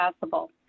possible